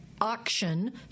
auction